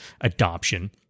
adoption